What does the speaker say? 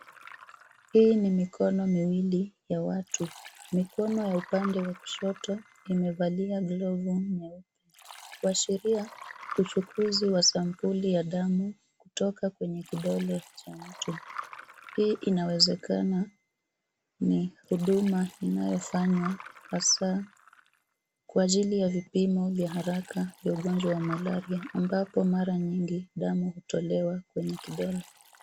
Hii ni mikono miwili ya watu. Mikono ya upande wa kushoto imevalia glovu nyeupe kuashiria uchukuzi wa sampuli ya damu kutoka kwenye kidole cha mtu. Hii inawezekana ni huduma inayofanywa hasaa kwa ajili ya vipimo vya haraka vya ugonjwa wa malaria ambapo mara nyingi damu hutolewa kwenye kidole.